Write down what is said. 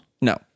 No